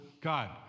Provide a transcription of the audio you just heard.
God